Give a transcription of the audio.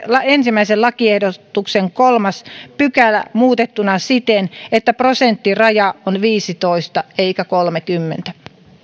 ensimmäisen lakiehdotuksen kolmas pykälä muutettuna siten että prosenttiraja on viisitoista eikä kolmekymmentä